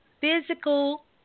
physical